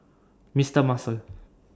Mister Muscle